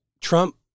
Trump